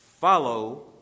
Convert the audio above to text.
follow